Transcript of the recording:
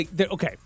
Okay